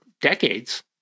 decades